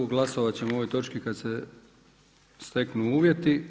Glasovat ćemo o ovoj točki kada se steknu uvjeti.